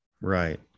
right